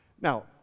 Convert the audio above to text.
now